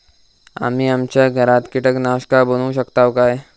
आम्ही आमच्या घरात कीटकनाशका बनवू शकताव काय?